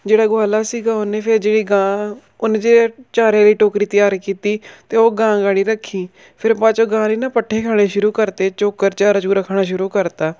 ਜਿਹੜਾ ਗਵਾਲਾ ਸੀਗਾ ਉਹਨੇ ਫਿਰ ਜਿਹੜੀ ਗਾਂ ਉਹਨੇ ਜੇ ਚਾਰੇ ਵਾਲੀ ਟੋਕਰੀ ਤਿਆਰ ਕੀਤੀ ਅਤੇ ਉਹ ਗਾਂ ਅਗਾੜੀ ਰੱਖੀ ਫਿਰ ਬਾਅਦ ਚੋਂ ਗਾਂ ਨੇ ਨਾ ਪੱਠੇ ਖਾਣੇ ਸ਼ੁਰੂ ਕਰਤੇ ਚੋਕਰ ਚਾਰਾ ਚੂਰਾ ਖਾਣਾ ਸ਼ੁਰੂ ਕਰਤਾ